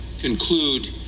conclude